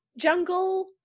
jungle